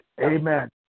Amen